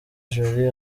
jolly